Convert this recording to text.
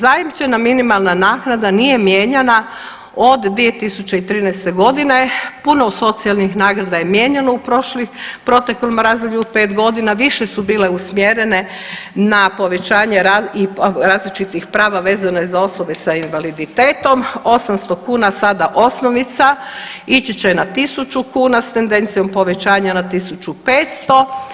Zajamčena minimalna naknada nije mijenjana od 2013.g. Puno socijalnih nagrada je mijenjano u proteklom razdoblju u pet godina, više su bile usmjerene na povećanje različitih prava vezano je za osobe s invaliditetom, 800 kuna sada osnovica ići će na 1.000 kuna s tendencijom povećanja na 1.500.